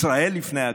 ישראל לפני הכול.